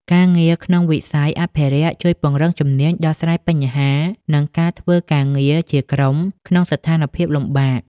ការងារក្នុងវិស័យអភិរក្សជួយពង្រឹងជំនាញដោះស្រាយបញ្ហា និងការធ្វើការងារជាក្រុមក្នុងស្ថានភាពលំបាក។